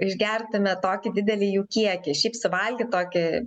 išgertume tokį didelį jų kiekį šiaip suvalgyt tokį